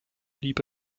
blieb